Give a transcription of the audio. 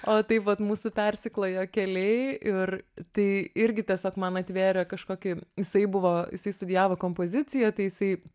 o taip pat mūsų persiklojo keliai ir tai irgi tiesiog man atvėrė kažkokį jisai buvo jisai studijavo kompoziciją tai jisai